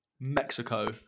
mexico